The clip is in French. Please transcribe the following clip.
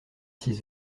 six